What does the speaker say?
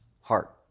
Heart